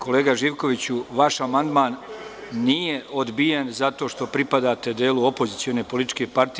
Kolega Živkoviću, vaš amandman nije odbijen zato što pripadate delu opozicione političke partije.